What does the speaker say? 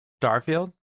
starfield